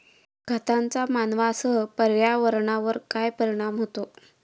खतांचा मानवांसह पर्यावरणावर काय परिणाम होतो?